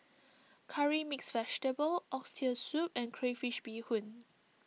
Curry Mixed Vegetable Oxtail Soup and Crayfish BeeHoon